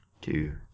two